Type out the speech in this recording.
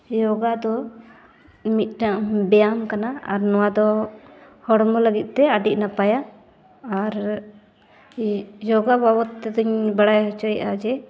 ᱡᱳᱜᱟ ᱫᱚ ᱢᱤᱫᱴᱟᱝ ᱵᱮᱭᱟᱢ ᱠᱟᱱᱟ ᱟᱨ ᱱᱚᱣᱟ ᱫᱚ ᱦᱚᱲᱢᱚ ᱞᱟᱹᱜᱤᱫᱼᱛᱮ ᱟᱹᱰᱤ ᱱᱟᱯᱟᱭᱟ ᱟᱨ ᱡᱳᱜᱟ ᱵᱟᱵᱚᱫ ᱛᱮᱫᱚᱧ ᱵᱟᱲᱟᱭ ᱦᱚᱪᱚᱭᱮᱫᱟ ᱡᱮ